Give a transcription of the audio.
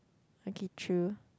okay true